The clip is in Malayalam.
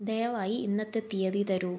ദയവായി ഇന്നത്തെ തീയതി തരൂ